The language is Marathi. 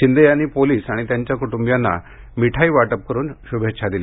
शिंदे यांनी पोलिस आणि त्यांच्या कुटुंबीयांना मिठाई वाटप करून श्भेच्छा दिल्या